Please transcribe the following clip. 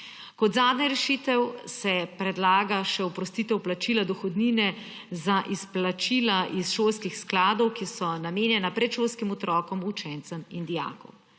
Kot zadnja rešitev se predlaga še oprostitev plačila dohodnine za izplačila iz šolskih skladov, ki so namenjena predšolskim otrokom, učencem in dijakom.